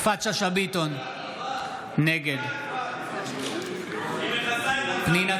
ביטון, נגד פנינה